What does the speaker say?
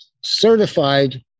certified